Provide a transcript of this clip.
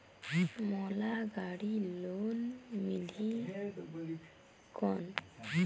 मोला गाड़ी लोन मिलही कौन?